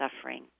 suffering